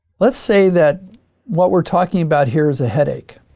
let's say that what we're talking about here is a headache.